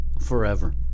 forever